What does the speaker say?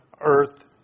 earth